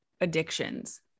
addictions